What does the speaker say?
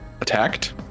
attacked